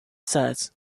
says